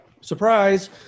surprise